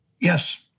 Yes